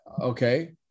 Okay